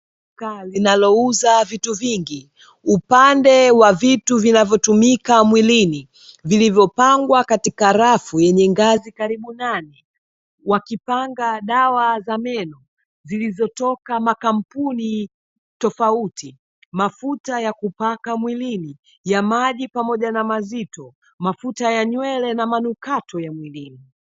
Duka linalouza vitu vingi upande wa vitu vinavyotumika mwilini vilivyopangwa katika rafu yenye ngazi karibu nane, wakipanga dawa za meno zilizotoka makampuni tofauti mafuta ya kupaka mwilini ya maji pamoja na mazito, mafuta ya nywele na manukato ya mwilini.